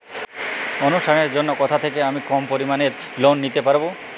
অনুষ্ঠানের জন্য কোথা থেকে আমি কম পরিমাণের লোন নিতে পারব?